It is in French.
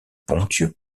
ponthieu